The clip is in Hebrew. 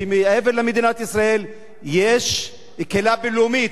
מעבר למדינת ישראל יש קהילה בין-לאומית,